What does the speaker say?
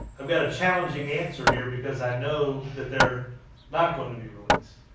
i've got a challenging answer here because i know that they're not going to be released.